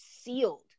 sealed